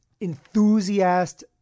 enthusiast